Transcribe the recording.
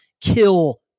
kill